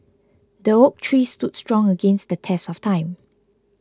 the oak tree stood strong against the test of time